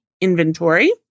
inventory